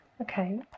Okay